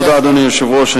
תודה, אדוני היושב-ראש.